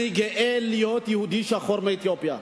אני גאה להיות יהודי שחור מאתיופיה.